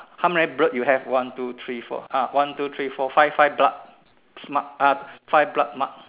how many blood you have one two three four ah one two three four five five blood smart ah five blood mark